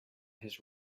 his